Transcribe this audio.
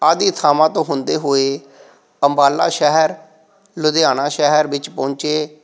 ਆਦਿ ਥਾਵਾਂ ਤੋਂ ਹੁੰਦੇ ਹੋਏ ਅੰਬਾਲਾ ਸ਼ਹਿਰ ਲੁਧਿਆਣਾ ਸ਼ਹਿਰ ਵਿੱਚ ਪਹੁੰਚੇ